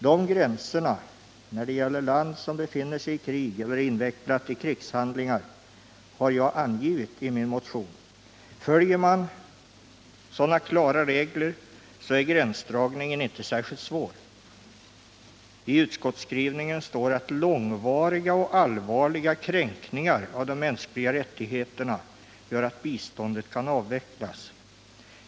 Dessa gränser när det gäller land som befinner sig i krig eller är invecklat i krigshandlingar har jag angivit i min motion. Följer man dessa klara regler är gränsdragningen inte särskilt svår. I utskottsskrivningen står att långvariga och allvarliga kränkningar av de mänskliga rättigheterna gör att biståndet kan avvecklas.